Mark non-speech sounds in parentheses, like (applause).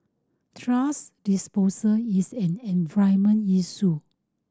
thrash disposal is an (unintelligible) issue